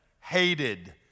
hated